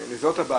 לזהות את הבעיה,